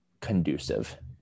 conducive